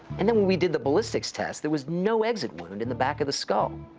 and then when we did the ballistics test, there was no exit wound in the back of the skull.